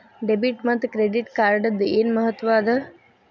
Debit ಮತ್ತ credit ಕಾರ್ಡದ್ ಏನ್ ಮಹತ್ವ ಅದ?